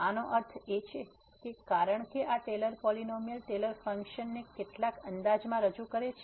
આનો અર્થ એ છે કે કારણ કે આ ટેલર પોલીનોમીઅલ ટેલર ફંક્શન ને કેટલાક અંદાજમાં રજૂ કરે છે